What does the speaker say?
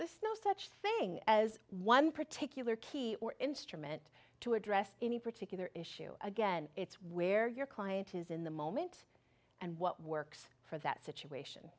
this no such thing as one particular key or instrument to address any particular issue again it's where your client is in the moment and what works for that situation